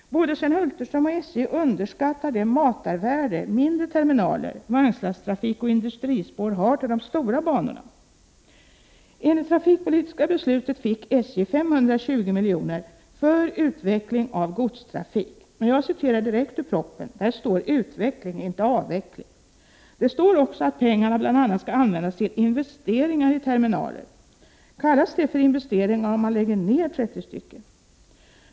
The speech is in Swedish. Både Sven Hulterström och SJ underskattar det matarvärde mindre terminaler, vagnslasttrafik och industrispår har när det gäller de stora banorna. Enligt det trafikpolitiska beslutet fick SJ 520 miljoner ”för utveckling av godstrafik”. Jag citerar direkt ur propositionen, där det står utveckling och inte avveckling. Det står också att pengarna bl.a. skall användas till investeringar i terminaler. Kallas det för investeringar om man lägger ner 30 terminaler?